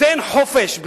ותן חופש בחירה: